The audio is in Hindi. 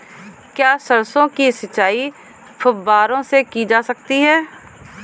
क्या सरसों की सिंचाई फुब्बारों से की जा सकती है?